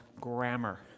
grammar